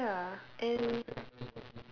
ya and